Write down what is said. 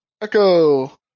Echo